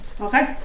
Okay